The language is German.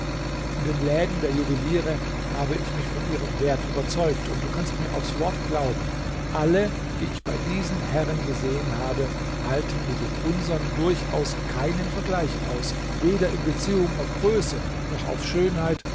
in den läden der juweliere habe ich mich von ihrem wert überzeugt und du kannst mir aufs wort glauben alle die ich bei diesen herren gesehen habe halten mit den unsern durchaus keinen vergleich aus weder in beziehung auf größe noch auf schönheit